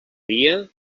dia